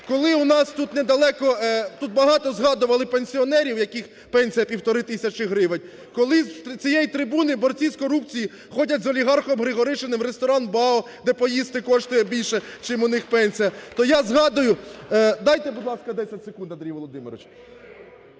коли у нас тут не далеко, тут багато згадували пенсіонерів, в яких пенсія 1,5 тисячі гривень, коли з цієї трибуни борці з корупцією ходять з олігархом Григоришиним в ресторан "ВАО", де поїсти коштує більше, чим у них пенсія, то я згадую. Дайте, будь ласка, 10 секунд, Андрій Володимирович.